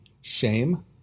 shame